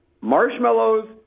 Marshmallows